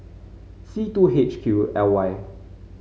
C two H Q L Y